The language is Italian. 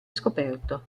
scoperto